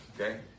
Okay